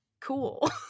cool